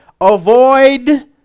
Avoid